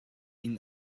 ihn